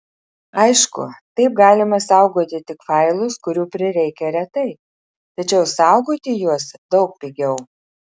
aišku taip galima saugoti tik failus kurių prireikia retai tačiau saugoti juos daug pigiau